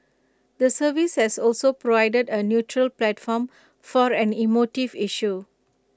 the service has also provided A neutral platform for an emotive issue